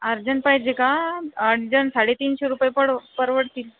urgent पाहिजे का urgent साडेतीनशे रुपये पडो परवडतील